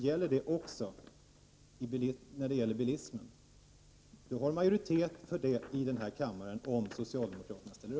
Gäller det också bilismen? Om socialdemokraterna ställer upp finns det majoritet för detta i kammaren.